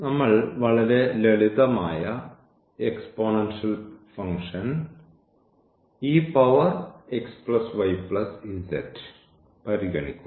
നമ്മൾ വളരെ ലളിതമായ എക്സ്പോണൻഷ്യൽ ഫംഗ്ഷൻ പരിഗണിക്കുന്നു